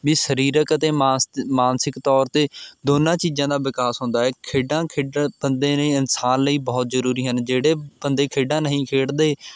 ਵੀ ਸਰੀਰਕ ਅਤੇ ਮਾਸ ਮਾਨਸਿਕ ਤੌਰ 'ਤੇ ਦੋਨਾਂ ਚੀਜ਼ਾਂ ਦਾ ਵਿਕਾਸ ਹੁੰਦਾ ਹੈ ਖੇਡਾਂ ਖੇਡਣ ਬੰਦੇ ਨੇ ਇਨਸਾਨ ਲਈ ਬਹੁਤ ਜ਼ਰੂਰੀ ਹਨ ਜਿਹੜੇ ਬੰਦੇ ਖੇਡਾਂ ਨਹੀਂ ਖੇਡਦੇ